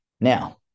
Now